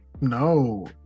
No